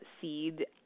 seed